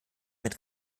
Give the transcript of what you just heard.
mit